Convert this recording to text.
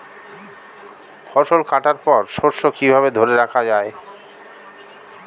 ফসল কাটার পর শস্য কিভাবে ধরে রাখা য়ায়?